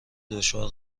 دشوار